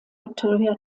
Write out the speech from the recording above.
victoria